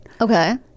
Okay